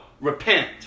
repent